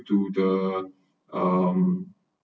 to the um